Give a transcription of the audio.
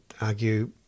argue